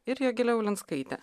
ir jogilė ulinskaitė